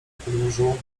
podwórzu